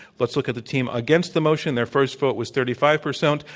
let's look at the team against the motion. their first vote was thirty five percent.